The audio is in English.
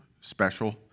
special